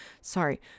Sorry